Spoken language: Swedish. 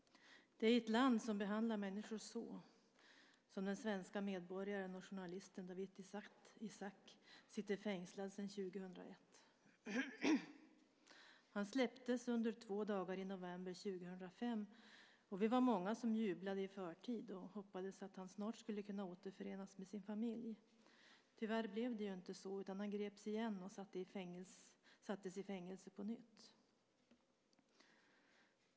Det är i ett land som behandlar människor så som den svenske medborgaren och journalisten Dawit Isaak sitter fängslad sedan 2001. Han släpptes under två dagar i november 2005, och vi var många som jublade i förtid och hoppades att han snart skulle kunna återförenas med sin familj. Tyvärr blev det inte så, utan han greps igen och sattes i fängelse på nytt.